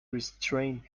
restrained